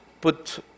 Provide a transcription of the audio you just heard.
put